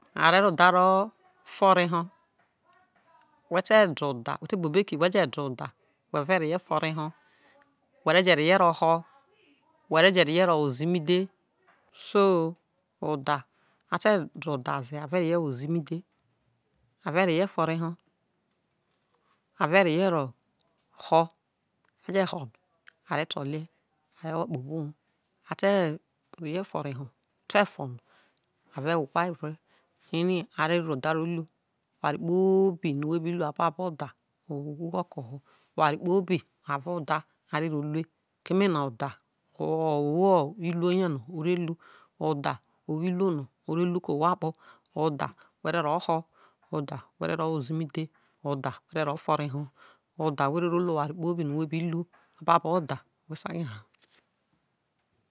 A re reho otha oro foro oho who te kpo obo iki who je de otha who ve reho foro oho who re ie ho who ve je reho woze imidhe so a te de otha ze a ve reho weze imidhe ave rehie foro eho a ve reho ho a je ho no a re to tale a re wo kpo obo uwuo a te re hoie foro eho no e te fo no a ve wha vre ree a re otha tu oware kpobi no wo bi ru ababo otha oo work ko ho keme no otha wo iruo rie no ore ru ke ohwo akpo otha who re ho otha who ro weze imidhe otha who ro foro eho otha whoro lu owate kpobi no who bi lu ababo otha who sai nya na